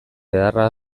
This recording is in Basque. beharra